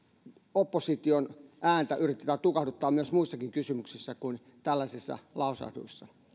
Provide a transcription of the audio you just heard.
opposition ääntä yritetään tukahduttaa muissakin kysymyksissä kuin tällaisissa lausahduksissa